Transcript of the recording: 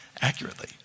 accurately